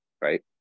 right